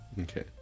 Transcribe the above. okay